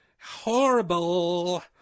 horrible